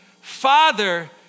Father